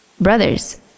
Brothers